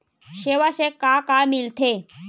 सेवा से का का मिलथे?